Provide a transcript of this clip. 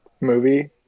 movie